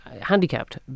handicapped